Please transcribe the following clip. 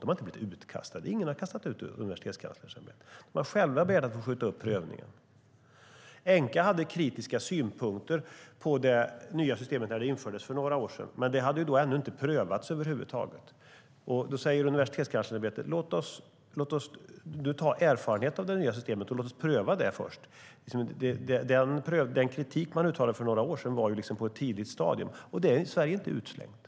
Det är ingen som har kastat ut Universitetskanslersämbetet. Enqa hade kritiska synpunkter på det nya systemet när det infördes för några år sedan, men det hade då ännu inte prövats över huvud taget. Universitetskanslersämbetet ville dra erfarenheter av det nya systemet och pröva det först. Den kritik som uttalades för några år sedan kom på ett tidigt stadium. Och Sverige är inte utslängt.